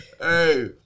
Hey